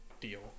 deal